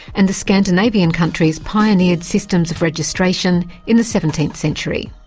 and the scandinavian countries pioneered systems of registration in the seventeenth century.